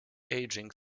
aging